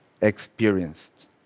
experienced